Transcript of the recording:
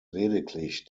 lediglich